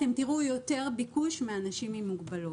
אתם תראו יותר ביקוש מאנשים עם מוגבלות.